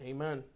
Amen